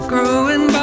Growing